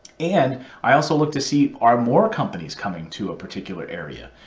and i also look to see are more companies coming to a particular area?